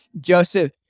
Joseph